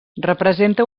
representa